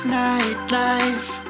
nightlife